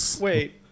wait